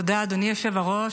תודה, אדוני היושב-ראש.